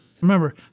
Remember